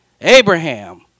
Abraham